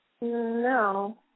No